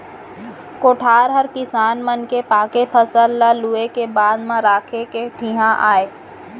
कोठार हर किसान मन के पाके फसल ल लूए के बाद म राखे के ठिहा आय